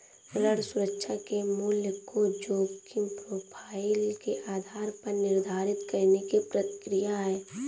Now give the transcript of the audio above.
ऋण सुरक्षा के मूल्य को जोखिम प्रोफ़ाइल के आधार पर निर्धारित करने की प्रक्रिया है